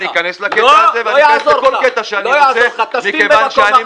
אני אמשיך להיכנס לקטע הזה מכיוון שאני